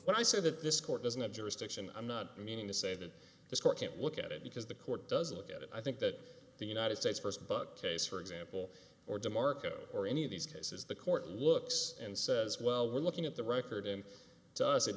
when i say that this court doesn't have jurisdiction i'm not meaning to say that this court can't look at it because the court doesn't look at it i think that the united states first but case for example or demarco or any of these cases the court looks and says well we're looking at the record in the us it